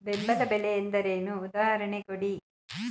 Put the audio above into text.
ಬೆಂಬಲ ಬೆಲೆ ಎಂದರೇನು, ಉದಾಹರಣೆ ಕೊಡಿ?